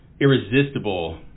irresistible